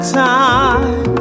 time